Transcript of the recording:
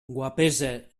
guapesa